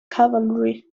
cavalry